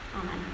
Amen